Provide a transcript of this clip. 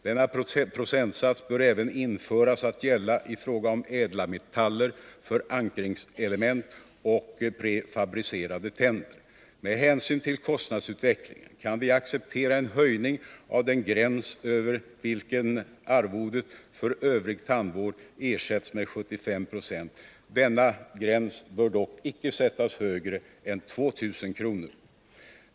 Denna procentsats bör även gälla i fråga om ädla metaller, förankringselement och prefabricerade tänder. Med hänsyn till kostnadsutvecklingen kan vi acceptera en höjning av den gräns över vilken arvodet för övrig tandvård ersätts med 75 920. Denna gräns bör dock inte sättas högre än till 2 000 kr.